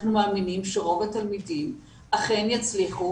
אנחנו מאמינים שרוב התלמידים אכן יצליחו